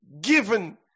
given